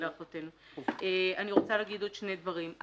אני רוצה להגיד עוד שני דברים.